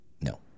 No